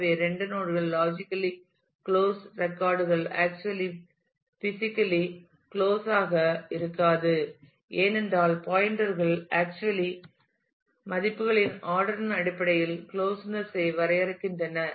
எனவே 2 நோட் கள் logically "logically" close record கள் ஆக்சுவலி பிசிக்கலி "physically" க்ளோஸ் ஆக இருக்காது ஏனென்றால் பாயின்டர்கள் ஆக்சுவலி மதிப்புகளின் ஆர்டர் யின் அடிப்படையில் க்ளோஸ்னஸ் ஐ வரையறுக்கின்றன